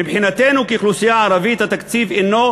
מבחינתנו כאוכלוסייה ערבית, התקציב אינו